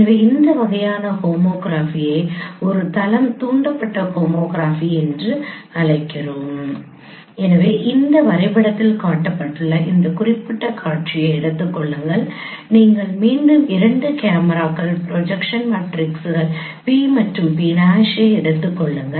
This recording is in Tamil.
எனவே இந்த வகையான ஹோமோகிராஃபியை ஒரு தளம் தூண்டப்பட்ட ஹோமோகிராபி என்று அழைக்கிறோம் எனவே இந்த வரைபடத்தில் காட்டப்பட்டுள்ள இந்த குறிப்பிட்ட காட்சியை எடுத்துக் கொள்ளுங்கள் நீங்கள் மீண்டும் இரண்டு கேமராக்கள் ப்ரொஜெக்ஷன் மேட்ரிக்ஸ்கள் P மற்றும் P' ஐ எடுத்துக்கொள்ளுங்கள்